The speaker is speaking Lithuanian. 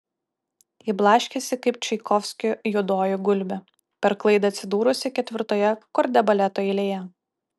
ji blaškėsi kaip čaikovskio juodoji gulbė per klaidą atsidūrusi ketvirtoje kordebaleto eilėje